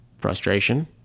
frustration